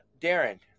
Darren